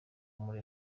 muri